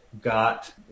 got